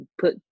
put